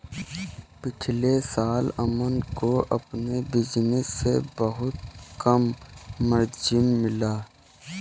पिछले साल अमन को अपने बिज़नेस से बहुत कम मार्जिन मिला